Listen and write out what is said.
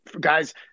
guys